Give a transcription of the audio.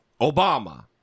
Obama